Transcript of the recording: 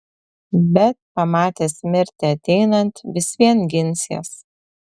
bet pamatęs mirtį ateinant vis vien ginsies